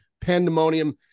pandemonium